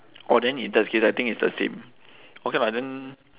orh then if that's the case I think it's the same okay lah then